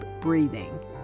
breathing